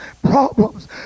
problems